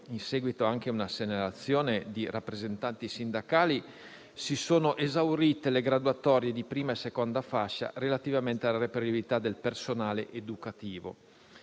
in seguito anche a una segnalazione di rappresentanti sindacali, si sono esaurite le graduatorie di prima e seconda fascia relativamente alla reperibilità del personale educativo.